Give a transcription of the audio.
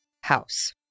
house